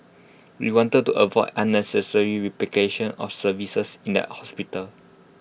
we wanted to avoid unnecessary replication of services in the hospital